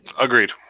agreed